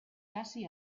casi